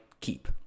keep